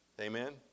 Amen